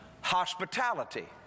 hospitality